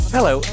Hello